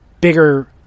bigger